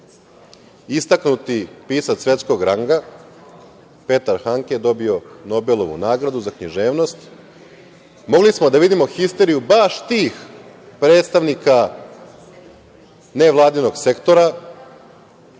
istaknuti pisac svetskog ranga, Petar Hanke dobio Nobelovu nagradu za književnost. Mogli smo da vidimo histeriju baš tih predstavnika nevladinog sektora,